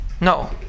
No